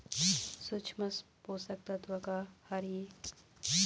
सूक्ष्म पोषक तत्व का हर हे?